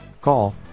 call